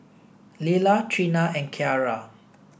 Lilah Treena and Kiarra